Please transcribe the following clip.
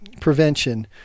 prevention